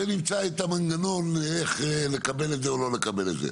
ונמצא את המנגנון לאיך לקבל את זה או לא לקבל את זה.